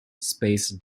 space